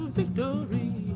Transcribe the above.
victory